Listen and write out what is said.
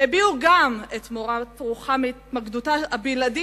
הביעו גם הם את מורת רוחם מהתמקדותה הבלעדית